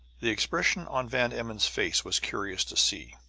the expression on van emmon's face was curious to see.